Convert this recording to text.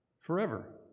forever